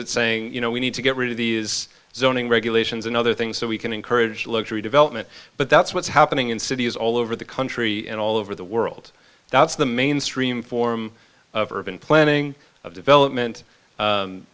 it's saying you know we need to get rid of these zoning regulations and other things so we can encourage luxury development but that's what's happening in cities all over the country and all over the world that's the mainstream form of urban planning of development